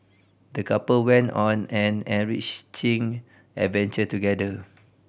the couple went on an enriching adventure together